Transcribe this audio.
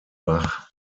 bach